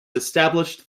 established